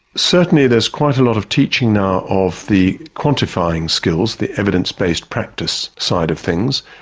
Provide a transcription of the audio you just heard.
certainly there's quite a lot of teaching now of the quantifying skills, the evidence-based practice side of things,